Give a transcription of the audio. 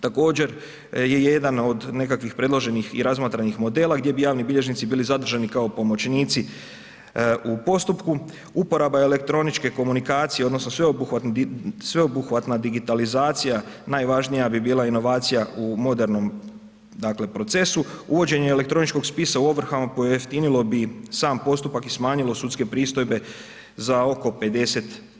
Također je jedan od nekakvih predloženih i razmatranih modela gdje bi javni bilježnici bili zadržani kao pomoćnici u postupku, uporaba elektroničke komunikacije odnosno sveobuhvatna digitalizacija najvažnija bi bila inovacija u modernom dakle procesu, uvođenje elektroničkog spisa u ovrhama pojeftinilo bi sam postupak i smanjilo sudske pristojbe za oko 50%